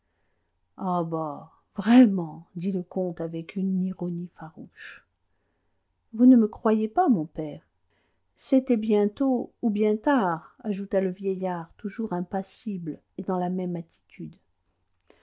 ah bah vraiment dit le comte avec une ironie farouche vous ne me croyez pas mon père c'était bien tôt ou bien tard ajouta le vieillard toujours impassible et dans la même attitude